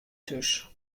thús